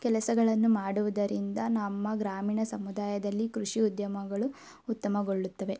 ಕೆಲಸಗಳನ್ನು ಮಾಡುವುದರಿಂದ ನಮ್ಮ ಗ್ರಾಮೀಣ ಸಮುದಾಯದಲ್ಲಿ ಕೃಷಿ ಉದ್ಯಮಗಳು ಉತ್ತಮಗೊಳ್ಳುತ್ತವೆ